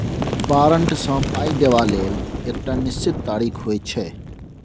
बारंट सँ पाइ देबा लेल एकटा निश्चित तारीख होइ छै